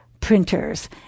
printers